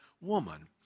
Woman